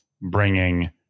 bringing